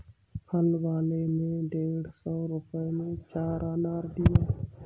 फल वाले ने डेढ़ सौ रुपए में चार अनार दिया